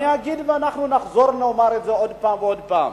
אני אגיד, ונחזור ונאמר את זה עוד פעם ועוד פעם,